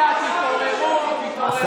לא, אופוזיציה, תתעוררו, תתעוררו.